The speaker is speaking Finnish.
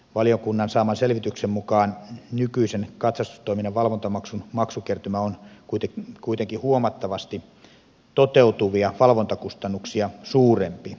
valiokunnan saaman selvityksen mukaan nykyisen katsastustoiminnan valvontamaksun maksukertymä on kuitenkin huomattavasti toteutuvia valvontakustannuksia suurempi